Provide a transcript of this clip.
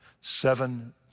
seven